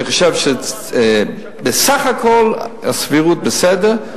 אני חושב שבסך הכול, הסבירות בסדר.